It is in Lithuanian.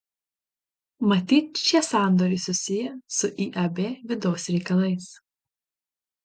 matyt šie sandoriai susiję su iab vidaus reikalais